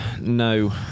no